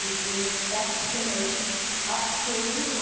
we expect to make up to